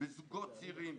בזוגות צעירים,